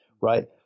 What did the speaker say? right